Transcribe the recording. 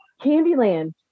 Candyland